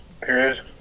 period